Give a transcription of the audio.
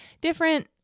different